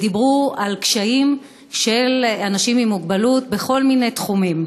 ודיברו על קשיים של אנשים עם מוגבלות בכל מיני תחומים.